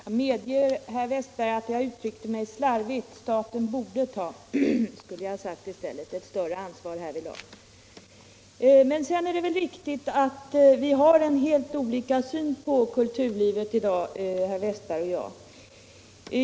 Herr talman! Jag medger, herr Wästberg i Stockholm, att jag uttryckte mig slarvigt. Staten borde ta ett större ansvar härvidlag, skulle jag ha sagt i stället. Sedan är det väl riktigt att herr Wästberg och jag har helt olika syn på kulturlivet i dag.